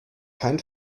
kein